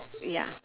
ya